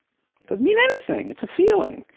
doesn't mean anything, it's a feeling.